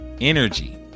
energy